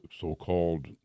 so-called